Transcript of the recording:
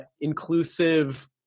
inclusive